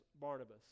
Barnabas